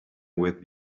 with